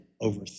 over